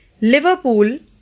Liverpool